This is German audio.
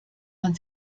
man